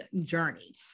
journey